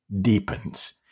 deepens